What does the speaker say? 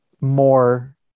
more